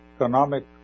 economic